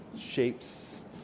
shapes